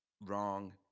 wrong